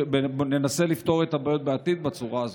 וננסה לפתור את הבעיות בעתיד בצורה הזאת.